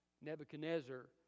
Nebuchadnezzar